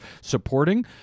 supporting